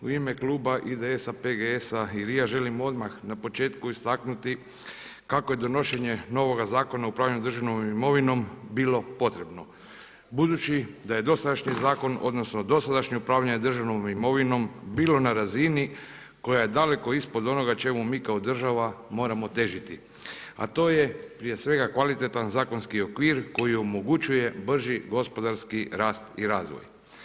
U ime kluba IDS, PGS, RI-a želim odmah na početku istaknuti kako je donošenje novoga Zakona o upravljanju državnom imovinom bilo potrebno, budući da je dosadašnji zakon odnosno dosadašnje upravljanje državnom imovinom bilo na razini koja je daleko ispod onoga čemu mi kao država moramo težiti, a to je prije svega kvalitetan zakonski okvir koji omogućuje brži gospodarski rast i razvoj.